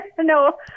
No